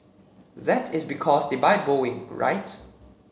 that is because they buy Boeing right